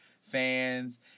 fans